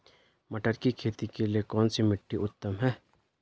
मटर की खेती के लिए कौन सी मिट्टी उत्तम है?